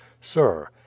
sir